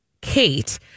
Kate